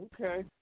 Okay